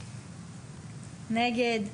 נגד?